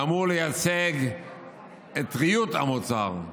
שאמור לייצג את טריות המוצר,